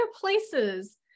places